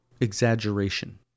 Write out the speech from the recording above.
exaggeration